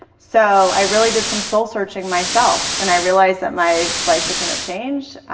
so i really did some soul-searching myself when i realized that my life was going to change